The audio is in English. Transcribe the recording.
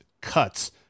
cuts